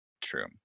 true